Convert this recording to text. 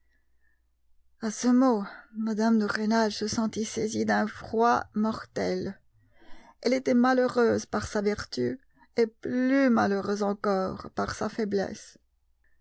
mme de rênal se sentit saisie d'un froid mortel elle était malheureuse par sa vertu et plus malheureuse encore par sa faiblesse